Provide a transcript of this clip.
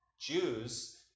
Jews